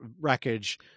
wreckage